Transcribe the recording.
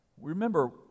Remember